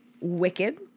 wicked